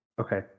Okay